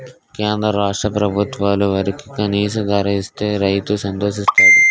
కేంద్ర రాష్ట్ర ప్రభుత్వాలు వరికి కనీస ధర ఇస్తే రైతు సంతోషిస్తాడు